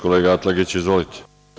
Kolega Atlagiću, izvolite.